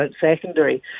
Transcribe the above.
Secondary